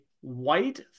white